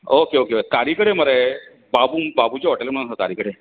okay okay तारी कडेन मरे बाबू बाबूचें हॉटेल म्हूण आसा तारी कडेन